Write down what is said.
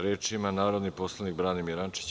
Reč ima narodni poslanik Branimir Rančić.